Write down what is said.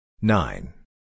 Nine